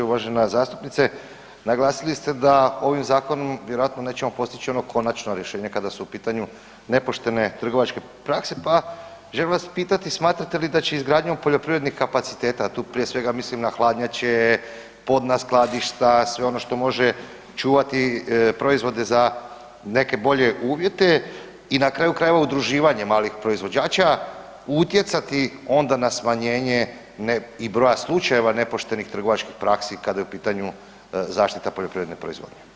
Uvažena zastupnice naglasili ste da ovim zakonom vjerojatno nećemo postići ono konačno rješenje kada su u pitanju nepoštene trgovačke prakse, pa želim vas pitati smatrate li da će izgradnjom poljoprivrednih kapaciteta, a tu prije svega mislim na hladnjače, podna skladišta, sve ono što može čuvati proizvode za neke bolje uvjete i na kraju krajeva udruživanje malih proizvođača, utjecati onda na smanjenje i broja slučajeva nepoštenih trgovačkih praksi kada je u pitanju zaštita poljoprivredne proizvodnje.